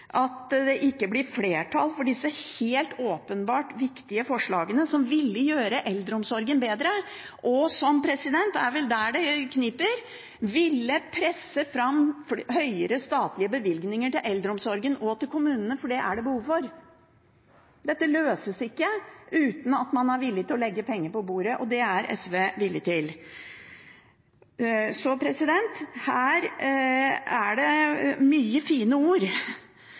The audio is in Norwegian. at det ikke blir flertall for disse helt åpenbart viktige forslagene, som ville gjøre eldreomsorgen bedre, og som – det er vel der det kniper – ville presse fram høyere statlige bevilgninger til eldreomsorgen og til kommunene, for det er det behov for. Dette løses ikke uten at man er villig til å legge penger på bordet, og det er SV villig til. Så her er det mange fine ord,